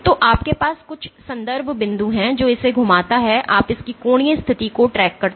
तो आपके पास कुछ संदर्भ बिंदु हैं जो इसे घुमाता है आप इसकी कोणीय स्थिति को ट्रैक करते हैं